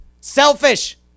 selfish